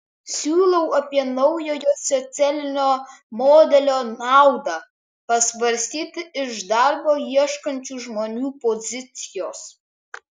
siūlau apie naujojo socialinio modelio naudą pasvarstyti iš darbo ieškančių žmonių pozicijos